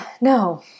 No